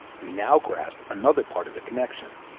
we now grasp another part of the connection.